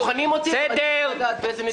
בוחנים אותי ואני רוצה לדעת על פי אילו נתונים.